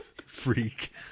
Freak